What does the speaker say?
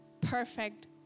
perfect